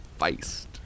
Feist